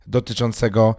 Dotyczącego